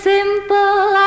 simple